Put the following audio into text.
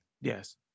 Yes